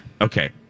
Okay